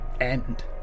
end